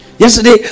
Yesterday